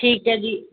ਠੀਕ ਹੈ ਜੀ